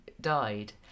died